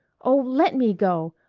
oh, let me go!